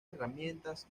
herramientas